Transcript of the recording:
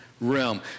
realm